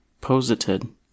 posited